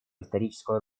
исторического